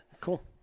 Cool